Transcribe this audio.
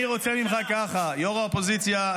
אני רוצה ממך כך: ראש האופוזיציה,